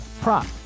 prop